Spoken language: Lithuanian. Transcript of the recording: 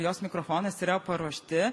jos mikrofonas yra paruošti